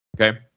okay